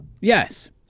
Yes